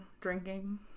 drinking